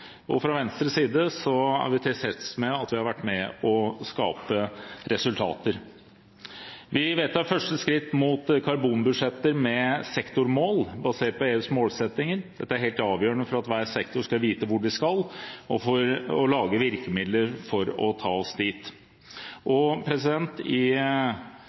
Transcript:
dag. Fra Venstres side er vi tilfreds med at vi har vært med på å skape resultater. Vi vedtar første skritt mot karbonbudsjetter med sektormål basert på EUs målsettinger. Dette er helt avgjørende for at hver sektor skal vite hvor de skal, og for å lage virkemidler for å få oss dit. I representantforslaget behandler vi også forslaget om en klimalov, og